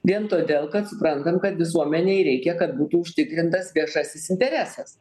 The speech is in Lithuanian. vien todėl kad suprantam kad visuomenei reikia kad būtų užtikrintas viešasis interesas